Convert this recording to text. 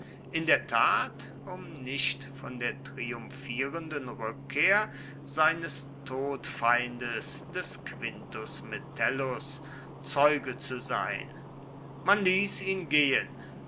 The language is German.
in der tat um nicht von der triumphierenden rückkehr seines todfeindes des quintus metellus zeuge zu sein man ließ ihn gehen